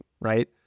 right